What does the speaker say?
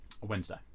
Wednesday